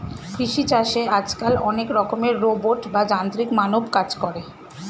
কৃষি চাষে আজকাল অনেক রকমের রোবট বা যান্ত্রিক মানব কাজ করে